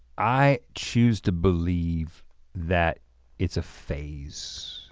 i choose to believe that it's a phase.